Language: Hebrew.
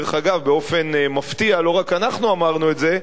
דרך אגב, באופן מפתיע לא רק אנחנו אמרנו את זה,